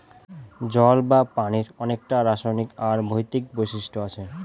জল বা পানির অনেককটা রাসায়নিক আর ভৌতিক বৈশিষ্ট্য আছে